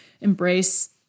embrace